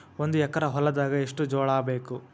ಒಂದು ಎಕರ ಹೊಲದಾಗ ಎಷ್ಟು ಜೋಳಾಬೇಕು?